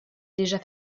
déjà